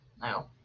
No